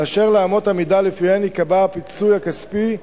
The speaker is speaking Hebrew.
באשר לאמות המידה שלפיהן ייקבע הפיצוי הכספי,